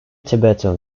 tibetan